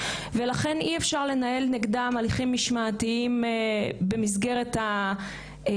ולכן אי אפשר לנהל נגדם הליכים משמעתיים במסגרת הרגילה,